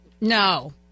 No